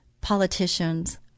politicians